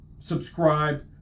subscribe